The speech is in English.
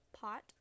pot